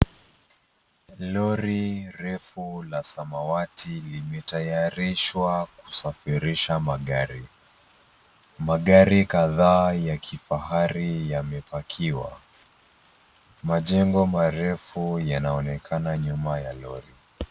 Lori refu la samawati limetayarishwa kusafirisha magari, magari kadhaa ya kifahari yamepakiwa, majengo marefu yanaonekana nyuma ya lori.